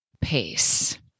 pace